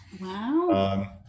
Wow